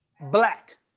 black